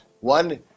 One